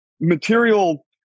material